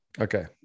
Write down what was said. Okay